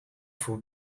voor